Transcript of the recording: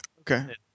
Okay